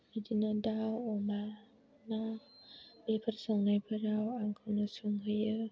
बिदिनो दाउ अमा ना बेफोर संनायफोराव आंखौनो संहोयो